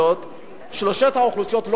שלא מזוהה בשלוש האוכלוסיות,